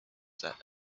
that